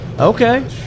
Okay